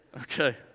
okay